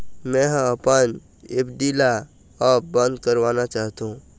मै ह अपन एफ.डी ला अब बंद करवाना चाहथों